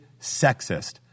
sexist